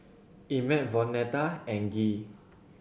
Emett Vonetta and Gee